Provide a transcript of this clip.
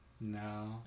No